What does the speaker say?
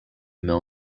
mill